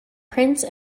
prince